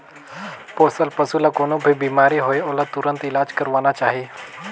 पोसल पसु ल कोनों भी बेमारी होये ओला तुरत इलाज करवाना चाही